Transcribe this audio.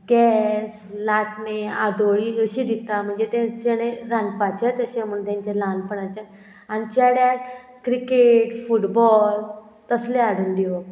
gas लाटणे आदोळी अशी दिता म्हणजे तें चेडे रांदपाचेंच अशें म्हण तेंचें ल्हानपणाचें आनी चेड्याक क्रिकेट फुटबॉल तसलें हाडून दिवप